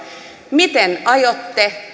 miten aiotte